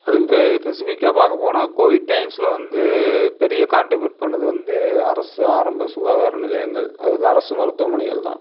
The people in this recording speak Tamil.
அதுக்கு பெ பெசிஃபிக்காக பார்க்க போனால் கோவிட் டைம்ஸில் வந்து பெரிய கான்ட்ரிபியூட் பண்ணது வந்து அரசு ஆரம்ப சுகாதார நிலையங்கள் அதாவது அரசு மருத்துவமனைகள் தான்